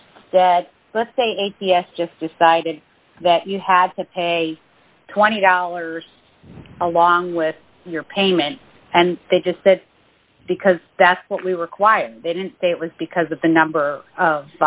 just that let's say a yes just decided that you have to pay twenty dollars along with your payment and they just that because that's what we require they didn't say it was because of the number of